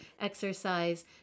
exercise